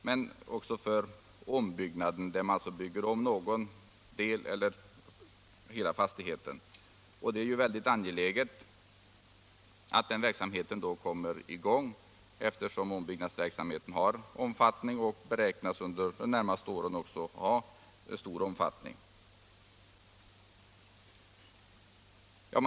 Bestämmelserna gäller också när man bygger om en del av eller hela fastigheten. Det är ju väldigt angeläget att detta kommer i gång, eftersom ombyggnadsverksamheten har stor omfattning och beräknas ha det också under de närmaste åren.